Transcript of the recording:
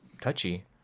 touchy